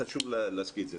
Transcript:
חשוב להזכיר את זה.